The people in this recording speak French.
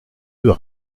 eût